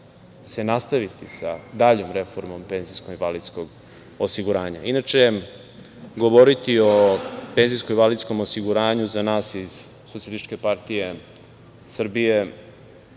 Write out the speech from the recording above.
nastaviti sa daljom reformom penzijskog i invalidskog osiguranja. Inače, govoriti o penzijskom i invalidskom osiguranju za nas iz SPS uvek ima poseban